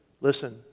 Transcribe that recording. listen